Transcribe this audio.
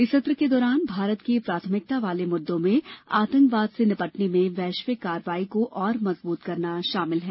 इस सत्र के दौरान भारत के प्राथमिकता वाले मुद्दों में आतंकवाद से निपटने में वैश्विक कार्रवाई को और मजबूत करना शामिल है